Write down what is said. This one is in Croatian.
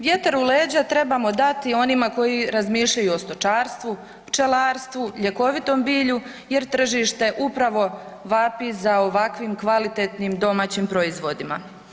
Vjetar u leđa trebamo dati oni koji razmišljaju o stočarstvu, pčelarstvom, ljekovitom bilju jer tržište upravo vapi za ovakvim kvalitetnim domaćim proizvodima.